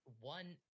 one